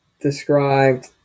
described